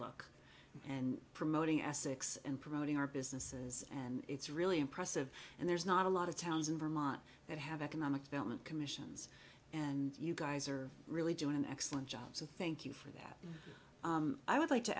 look and promoting essex and promoting our businesses and it's really impressive and there's not a lot of towns in vermont that have economic development commissions and you guys are really doing an excellent job so thank you for that i would like to